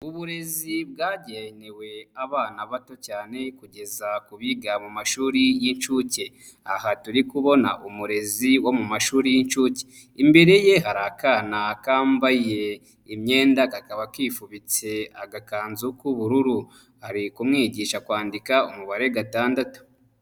Uburezi bwagenewe abana bato cyane kugeza ku biga mu mashuri y'inshuke. Aha turi kubona umurezi wo mu mashuri y'inshuke, imbere ye hari akana kambaye imyenda kakaba kifubitse agakanzu k'ubururu, ari kumwigisha kwandika umubare gatandatu.